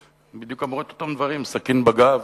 אמרו בדיוק את אותם דברים: סכין בגב,